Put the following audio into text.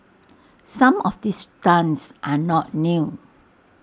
some of these stunts are not new